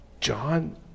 John